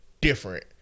different